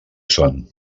son